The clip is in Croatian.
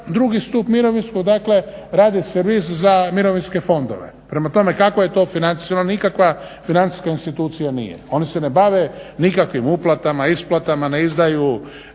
drugi stup mirovinskog, dakle radi servis za mirovinske fondove. Prema tome kakva je to financija, nikakva financijska institucija nije. Oni se ne bave nikakvim uplatama, isplatama, ne izdaju